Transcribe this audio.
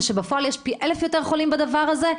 ובפועל יש פי אלף יותר חולים בדבר הזה?